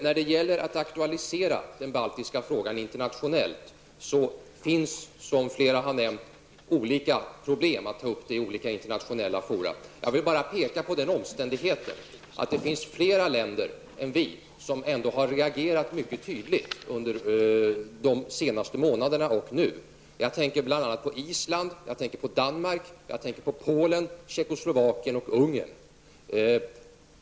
När det gäller att aktualisera den baltiska frågan internationellt finns, som flera har nämnt, olika problem med att ta upp den i olika internationella fora. Jag vill bara peka på den omständigheten att det finns flera länder än vi som ändå har reagerat mycket tydligt under de senaste månaderna. Jag tänker bl.a. på Island, Danmark, Polen, Tjeckoslovakien och Ungern.